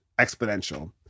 exponential